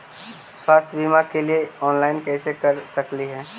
स्वास्थ्य बीमा के लिए ऑनलाइन कैसे कर सकली ही?